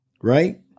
Right